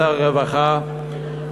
שר הרווחה,